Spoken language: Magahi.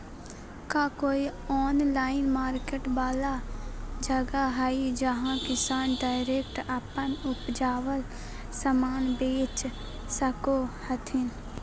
का कोई ऑनलाइन मार्केट वाला जगह हइ जहां किसान डायरेक्ट अप्पन उपजावल समान बेच सको हथीन?